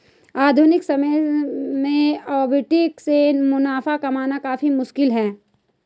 आधुनिक समय में आर्बिट्रेट से मुनाफा कमाना काफी मुश्किल है